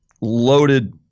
loaded